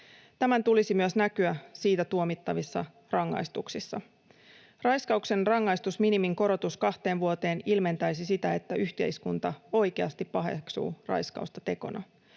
Tämän tulisi myös näkyä siitä tuomittavissa rangaistuksissa. Raiskauksen rangaistusminimin korotus kahteen vuoteen ilmentäisi sitä, että yhteiskunta oikeasti paheksuu raiskausta tekona